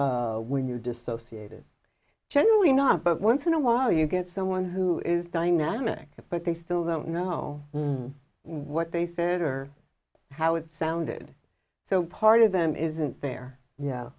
when you dissociated generally not but once in a while you get someone who is dynamic but they still don't know what they said or how it sounded so part of them isn't there yeah